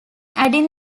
adding